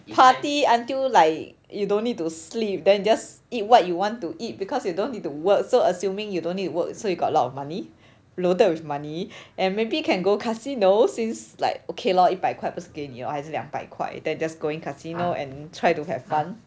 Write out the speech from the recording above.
party until like you don't need to sleep then just eat what you want to eat because you don't need to work so assuming you don't need to work so you got a lot of money loaded with money and maybe can go casino since like okay lor 一百块不是给你 lor 还是两百块 then just going casino and try to have fun casino